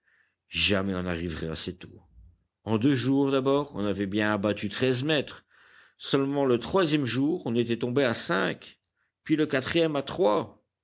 jamais on n'arriverait assez tôt en deux jours d'abord on avait bien abattu treize mètres seulement le troisième jour on était tombé à cinq puis le quatrième à trois